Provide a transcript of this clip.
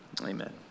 Amen